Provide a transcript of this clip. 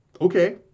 Okay